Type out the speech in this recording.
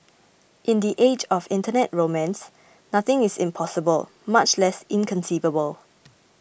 in the age of internet romance nothing is impossible much less inconceivable